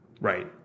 Right